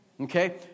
Okay